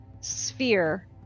sphere